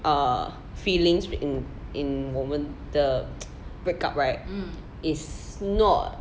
err feelings in in 我们的 break up right is not